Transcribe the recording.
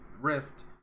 rift